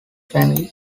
family